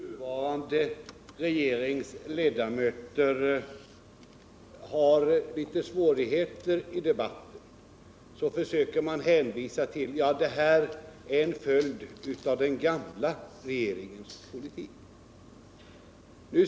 Herr talman! När någon av den nuvarande regeringens ledamöter har det litet svårt i debatten, försöker man göra gällande att det rör sig om följder av den förra regeringens politik.